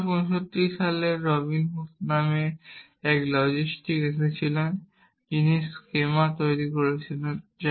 1965 সালে রবিনসন নামে একজন লজিস্টিয়ান এসেছিলেন যিনি স্কেমা তৈরি করেন